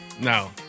No